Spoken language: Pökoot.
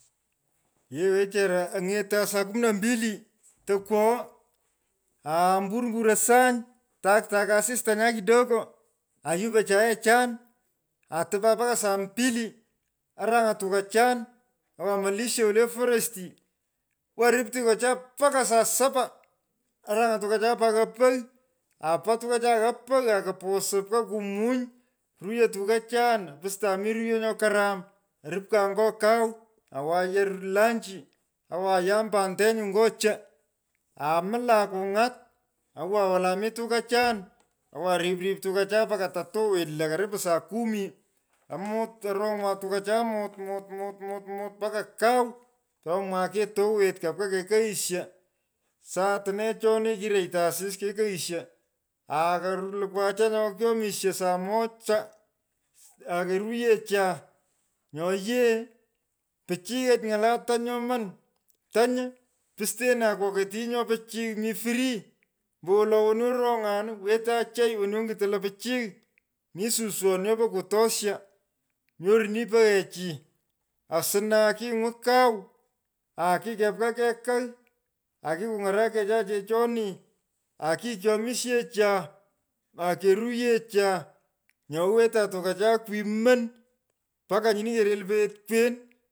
Yee wwechara. ony’etun soo kumnaa mbili tokwogho. aa mburmboro sany. otaktakan asistunyon kidogo. aa yupon chayechan aa tapan mbaka saa mbili. arany’an tukachan. owan maisha wole forosti. Owan rip tukuchab mpaka saa sapa. orung’an tukuchan po gha pogh. apo tukachan gha pagh akupusu kwa kumuny. ruyo tukuchan. opustan mi riyo nyo karam. Orokpan ny’o kau awan yar lanchi. owan yam pantenyu nyo cho amulan kungat wolai mi tukuchan owan riprip tukuchan mpaka to tuwit lo karipu saa kumi amut. arong’wan tukachan mut mut mut mut mut mpaka kau. Tomwan kituwit. kuoka kekoghisho. soutine choni kirotyo asis kekoghisgko ake rur aghocha lukwo nyo ko kyomisho saa mocha. akeroyecha. Nyo yee. pichiyech nyalo tany nyoman. tany postenan kokot. nyo pichiy mi firii. ombowolo woni oronyan. wetei ochei woni ony’uton lo pichiyi mi suswon nyopo kutosha. nyorni peyhechi. asnu kingwon kau aki. kepka kekagh. aki kuny’arakecha chechoni. akike kyomisyecha. akeruyecha. Myo wetan tukachan kwimon mpaka nyini kerel poghet kwen.